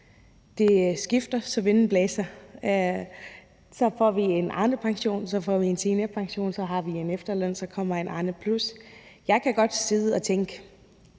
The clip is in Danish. Det skifter, som vinden blæser: Så får vi en Arnepension, så får vi en seniorpension, så har vi en efterløn, så kommer en Arnepluspension. Jeg kan godt sidde og tænke: